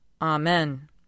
Amen